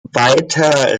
weiter